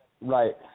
right